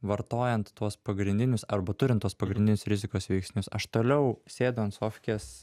vartojant tuos pagrindinius arba turint tuos pagrindinius rizikos veiksnius aš toliau sėdu ant sofkės